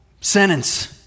Sentence